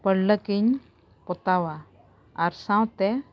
ᱯᱟᱹᱲᱞᱟᱹᱠᱤᱧ ᱯᱚᱛᱟᱣᱟ ᱟᱨ ᱥᱟᱶᱛᱮ